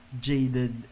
jaded